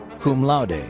cum laude.